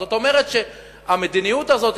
זאת אומרת שהמדיניות הזאת,